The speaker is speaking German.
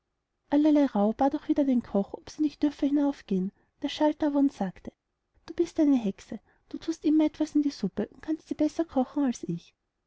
bat auch wieder den koch ob sie nicht dürfe hinaufgehen der schalt aber und sagte du bist eine hexe du thust immer etwas in die suppe und kannst sie besser kochen als ich